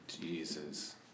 Jesus